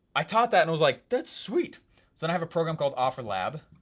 i taught that and i was like, that's sweet! so then i have a program called offerlab,